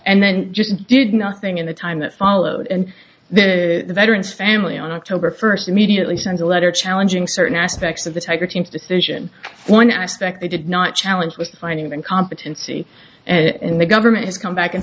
and then just did nothing in the time that followed and then the veterans family on october first immediately sent a letter challenging certain aspects of the decision one aspect they did not challenge was finding of incompetency and the government has come back and